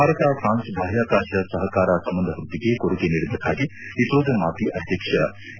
Bharat France ಬಾಹ್ಯಾಕಾಶ ಸಹಕಾರ ಸಂಬಂಧವ್ಬದ್ದಿಗೆ ಕೊಡುಗೆ ನೀಡಿದ್ದಕ್ಕಾಗಿ ಇಸ್ರೋದ ಮಾಜಿ ಅಧ್ಯಕ್ಷ ಎ